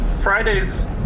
Friday's